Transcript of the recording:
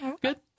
good